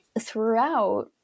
throughout